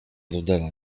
rudera